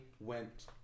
went